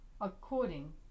according